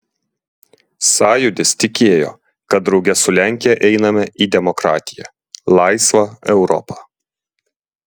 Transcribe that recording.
sąjūdis tikėjo kad drauge su lenkija einame į demokratiją laisvą europą